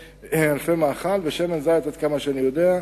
ענפי מאכל, ושמן זית, עד כמה שאני יודע,